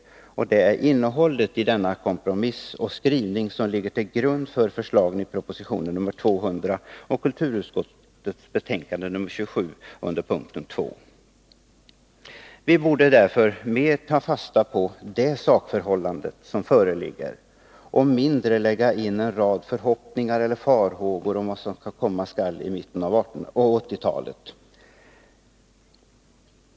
Och det är innehållet i denna kompromiss och denna skrivning som ligger till grund för förslagen i proposition nr 200 och kulturutskottets betänkande nr 27 under punkt 2. Vi borde därför mer ta fasta på det sakförhållande som föreligger och mindre lägga in en rad förhoppningar om eller farhågor för vad som komma skall i mitten av 1980-talet.